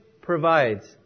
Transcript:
provides